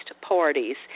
parties